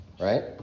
right